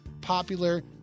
popular